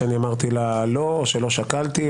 שאני אמרתי לה לא או שלא שקלתי?